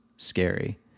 scary